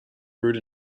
brewed